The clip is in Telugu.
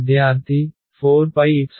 విద్యార్థి 4πo